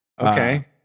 okay